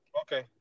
Okay